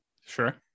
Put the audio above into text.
Sure